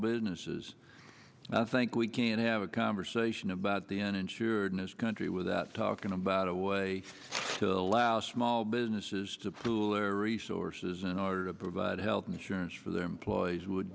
businesses i think we can have a conversation about the end insured in his country without talking about a way to allow small businesses to pool their resources in order to provide health insurance for their employees would